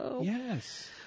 Yes